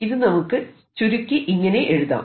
ഇത് നമുക്ക് ചുരുക്കി ഇങ്ങനെ എഴുതാം